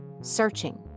searching